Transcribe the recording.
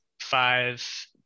five